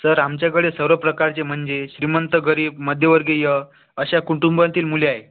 sir आमच्याकडे सर्व प्रकारचे म्हणजे श्रीमंत गरीब मध्यमवर्गीय अशा कुटुंबांतील मुले आहे